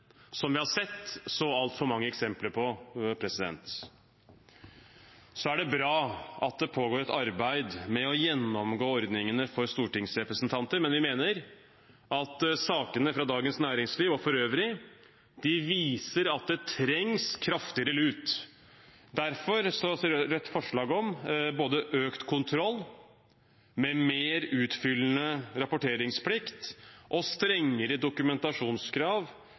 som vi har sett så altfor mange eksempler på. Så er det bra at det pågår et arbeid med å gjennomgå ordningene for stortingsrepresentanter, men vi mener at sakene fra Dagens Næringsliv og for øvrig viser at det trengs kraftigere lut. Derfor fremmer Rødt forslag om økt kontroll, med mer utfyllende rapporteringsplikt og strengere dokumentasjonskrav,